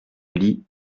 lit